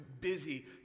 busy